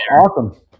Awesome